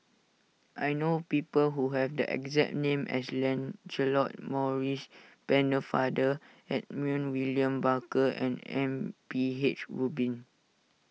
I know people who have the exact name as Lancelot Maurice Pennefather Edmund William Barker and M P H Rubin